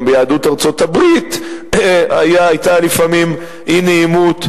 גם ביהדות ארצות-הברית היתה לפעמים אי-נעימות,